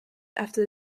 after